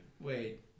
Wait